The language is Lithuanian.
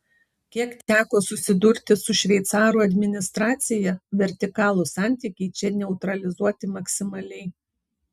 kiek teko susidurti su šveicarų administracija vertikalūs santykiai čia neutralizuoti maksimaliai